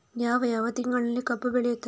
ಯಾವ ಯಾವ ತಿಂಗಳಿನಲ್ಲಿ ಕಬ್ಬು ಬೆಳೆಯುತ್ತದೆ?